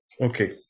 Okay